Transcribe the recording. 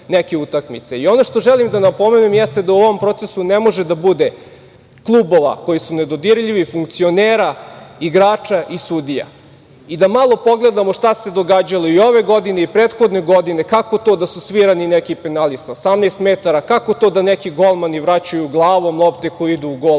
što želim da napomenem jeste da u ovom procesu ne može da bude klubova koji su nedodirljivi, funkcionera, igrača i sudija. Da malo pogledamo šta se događalo i ove i prošle godine, kako to da su svirani neki penali sa 18 metara, kako to da neki golmani vraćaju glavom lopte koje idu u golaut,